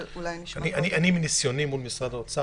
אבל אולי נשמע קודם --- מניסיוני מול משרד האוצר,